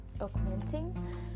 augmenting